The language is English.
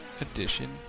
edition